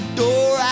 door